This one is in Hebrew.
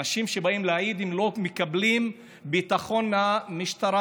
אנשים שבאים להעיד לא מקבלים ביטחון מהמשטרה,